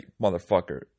motherfucker